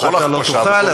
אתה לא תוכל,